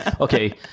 Okay